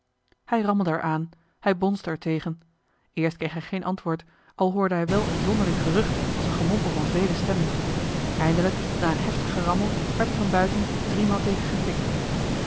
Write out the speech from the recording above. rammelde er aan hij bonsde er tegen eerst kreeg hij geen antwoord al hoorde hij wel een zonderling gerucht als een gemompel van vele stemmen eindelijk na een heftig gerammel werd er van buiten driemaal tegen getikt